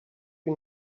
you